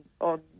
on